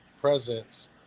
presence